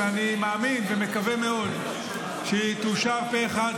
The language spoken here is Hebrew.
ואני מאמין ומקווה מאוד שהיא תאושר פה אחד,